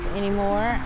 anymore